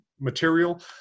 Material